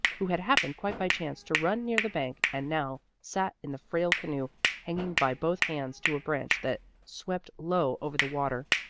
who had happened quite by chance to run near the bank and now sat in the frail canoe hanging by both hands to a branch that swept low over the water,